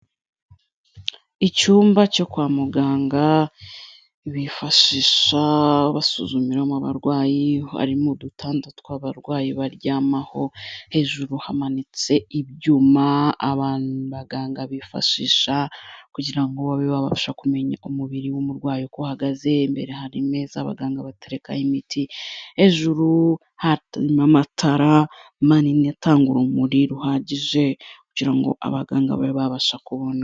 Icyumba cyo kwa muganga bifashi basuzumiramo abarwayi, harimo udutanda tw'abarwayi baryamaho, hejuru hamanitse ibyuma aba baganga bifashisha kugira ngo babe babasha kumenya umubiri w'umurwayi uko uhagaze. Imbere hari imeza abaganga baterekaho imiti; hejuru hari amatara manini atanga urumuri ruhagije, kugira ngo abaganga babe babasha kubona.